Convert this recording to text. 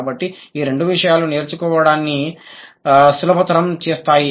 కాబట్టి ఈ రెండు విషయాలు నేర్చుకోవడాన్ని సులభతరం చేస్తాయి